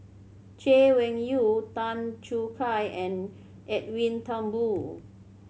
Chay Weng Yew Tan Choo Kai and Edwin Thumboo